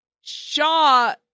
Shaw